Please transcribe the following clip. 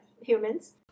humans